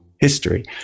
history